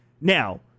Now